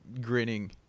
grinning